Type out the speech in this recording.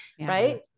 right